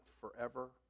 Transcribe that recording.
forever